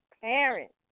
parents